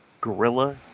Gorilla